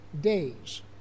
days